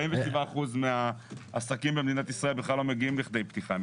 47 אחוזים מהעסקים במדינת ישראל בכלל לא מגיעים לכדי פתיחה.